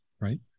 right